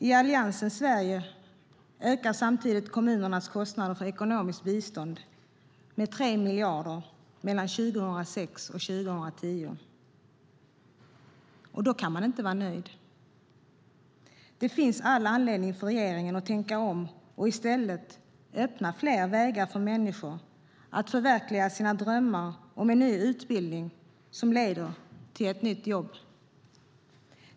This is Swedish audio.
I Alliansens Sverige ökade kommunernas kostnader för ekonomiskt bistånd med 3 miljarder mellan 2006 och 2010. Då kan man inte vara nöjd. Det finns all anledning för regeringen att tänka om och öppna fler vägar för människor att förverkliga sina drömmar om en ny utbildning som leder till ett nytt jobb.